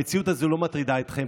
המציאות הזו לא מטרידה אתכם.